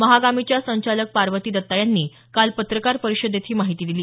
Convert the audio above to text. महागामीच्या संचालक पार्वती दत्ता यांनी काल पत्रकार परिषदेत ही माहिती दिली